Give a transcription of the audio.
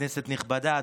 כנסת נכבדה,